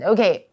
Okay